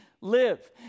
live